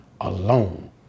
alone